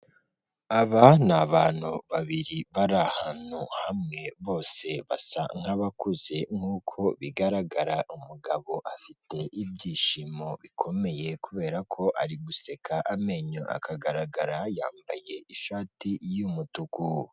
Aba ni abantu babiri bari ahantu hamwe bose basa nk'abakuze nk'uko bigaragara, umugabo afite ibyishimo bikomeye kubera ko ari guseka amenyo akagaragara, yambaye ishati y'umutuku.